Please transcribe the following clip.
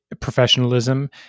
professionalism